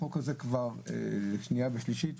החוק הזה בשנייה ושלישית,